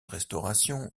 restauration